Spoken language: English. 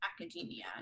academia